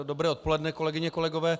Dobré odpoledne kolegyně, kolegové.